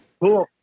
cool